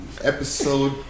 Episode